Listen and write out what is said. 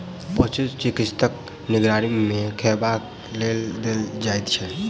पशु चिकित्सकक निगरानी मे खयबाक लेल देल जाइत छै